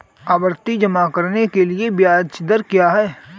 आवर्ती जमा के लिए ब्याज दर क्या है?